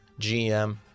gm